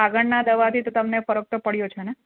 આગળનાં દવાથી તો તમને ફરક તો પડ્યો છે ને